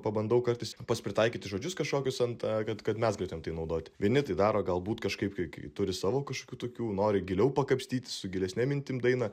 pabandau kartais pats pritaikyti žodžius kažkokius ant kad kad mes galėtumėm tai naudoti vieni tai daro galbūt kažkaip kai kai turi savo kažkokių tokių nori giliau pakapstyti su gilesne mintim dainą